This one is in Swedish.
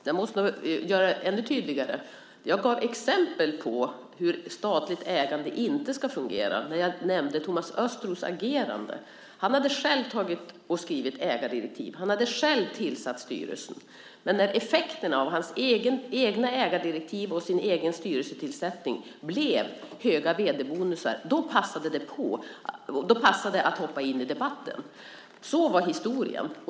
Herr talman! Jag måste nog göra det ännu tydligare. Jag gav exempel på hur statligt ägande inte ska fungera när jag nämnde Thomas Östros agerande. Han hade själv skrivit ägardirektiv. Han hade själv tillsatt styrelsen. Men när effekten av hans egna ägardirektiv och hans egen styrelsetillsättning blev höga vd-bonusar passade det att hoppa in i debatten. Så var historien.